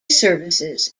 services